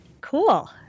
Cool